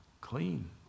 clean